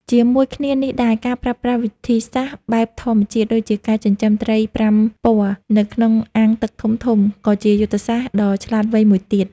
ជាមួយគ្នានេះដែរ ការប្រើប្រាស់វិធីសាស្ត្របែបធម្មជាតិដូចជាការចិញ្ចឹមត្រីប្រាំពណ៌នៅក្នុងអាងទឹកធំៗ ក៏ជាយុទ្ធសាស្ត្រដ៏ឆ្លាតវៃមួយទៀត។